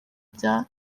bya